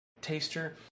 taster